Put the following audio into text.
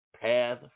path